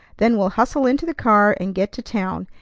then we'll hustle into the car, and get to town,